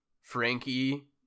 frankie